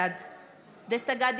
בעד דסטה גדי